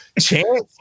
chance